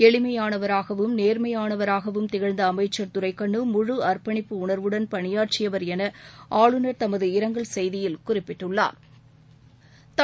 எனிமையானவராகவும் நேர்மையானவராகவும் திகழ்ந்த அமைச்சர் துரைகண்ணு முழு அர்ப்பணிப்பு உணா்வுடன் பணியாற்றிவா் என ஆளுநா் தமது இரங்கல் செய்தியில் குறிப்பிட்டுள்ளாா்